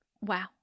Wow